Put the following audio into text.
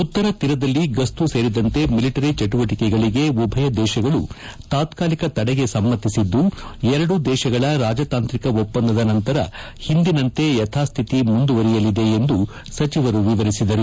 ಉತ್ತರ ತೀರದಲ್ಲಿ ಗಸ್ತು ಸೇರಿದಂತೆ ಮಿಲಿಟರಿ ಚಟುವಟಿಕೆಗಳಿಗೆ ಉಭಯ ದೇಶಗಳು ತಾತ್ಕಾಲಿಕ ತಡೆಗೆ ಸಮ್ಮತಿಸಿದ್ದು ಎರಡೂ ದೇಶಗಳ ರಾಜತಾಂತ್ರಿಕ ಒಪ್ಪಂದದ ನಂತರ ಹಿಂದಿನಂತೆ ಯಥಾಸ್ಥಿತಿ ಮುಂದುವರೆಯಲಿದೆ ಎಂದು ಸಚಿವರು ವಿವರಿಸಿದರು